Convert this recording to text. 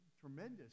tremendous